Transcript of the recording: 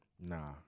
Nah